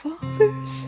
father's